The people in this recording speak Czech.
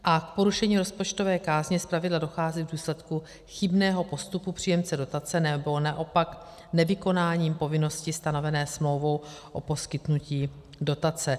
K porušení rozpočtové kázně zpravidla dochází v důsledku chybného postupu příjemce dotace, nebo naopak nevykonáním povinnosti stanovené smlouvou o poskytnutí dotace.